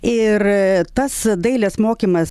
ir tas dailės mokymas